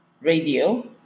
radio